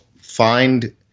find